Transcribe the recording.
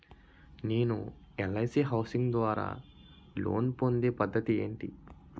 నేను LIC housing ద్వారా loan పొందే పద్ధతి ఏంటి?